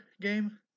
game